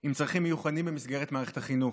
עם צרכים מיוחדים במסגרת מערכת החינוך.